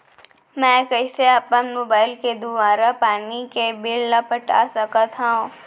मैं कइसे अपन मोबाइल के दुवारा पानी के बिल ल पटा सकथव?